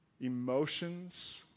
emotions